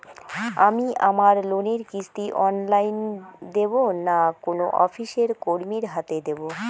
আমি আমার লোনের কিস্তি অনলাইন দেবো না কোনো অফিসের কর্মীর হাতে দেবো?